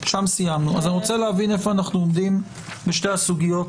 אני רוצה להבין איפה אנחנו עומדים בשתי הסוגיות